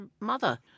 mother